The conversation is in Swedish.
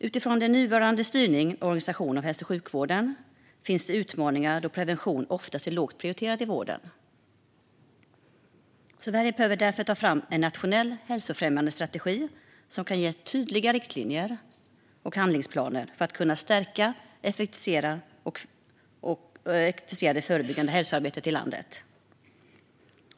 Utifrån nuvarande styrning och organisation av hälso och sjukvården finns det utmaningar, då prevention oftast är lågt prioriterat i vården. Sverige behöver därför ta fram en nationell hälsofrämjande strategi som kan ge tydliga riktlinjer och handlingsplaner för att kunna stärka och effektivisera det förebyggande hälsoarbetet i landet.